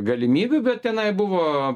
galimybių bet tenai buvo